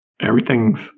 everything's